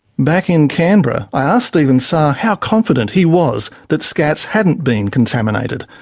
back in canberra, i asked stephen sarre how confident he was that scats hadn't been contaminated.